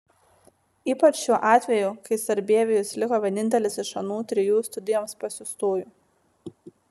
ypač šiuo atveju kai sarbievijus liko vienintelis iš anų trijų studijoms pasiųstųjų